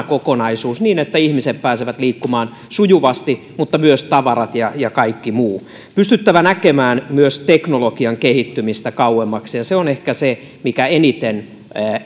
kokonaisuus niin että ihmiset pääsevät liikkumaan sujuvasti mutta myös tavarat ja ja kaikki muu on pystyttävä myös näkemään kauemmaksi teknologian kehittymistä ja se on ehkä se mikä eniten